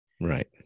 Right